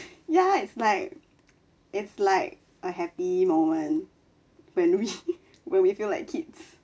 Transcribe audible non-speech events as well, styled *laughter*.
ya it's like it's like a happy moment when we *laughs* when we feel like kids